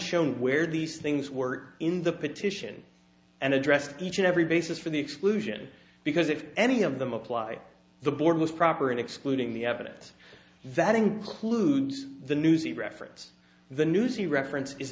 shown where these things were in the petition and addressed each and every basis for the exclusion because if any of them apply the board was proper in excluding the evidence that includes the newsy reference the newsy reference is